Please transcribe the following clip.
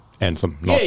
Anthem